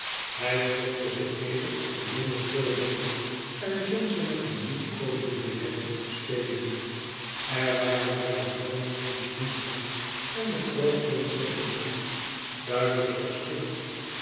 hij klopte ze even op de blonde krullebollen en zond ze met een liefkoozing weêr weg om te spelen er waren daar de kroonprins gunther en de kroonprinses sofie duitsche